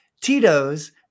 Tito's